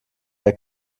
der